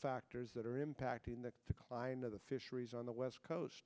factors that are impacting the decline of the fisheries on the west coast